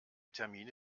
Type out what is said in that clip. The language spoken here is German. termine